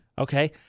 Okay